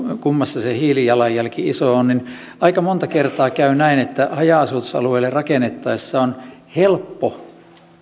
kummassa se hiilijalanjälki on iso niin aika monta kertaa käy näin että haja asutusalueille rakennettaessa on helppo